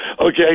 Okay